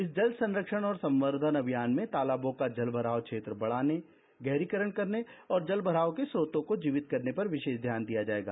इस जल संरक्षण और संवर्धन अभियान में तालाबों का जलभराव क्षेत्र बढ़ाने गहरीकरण करने और जलभराव के स्त्रोतों को जीवित करने पर विषेष ध्यान दिया जाएगा